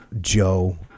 Joe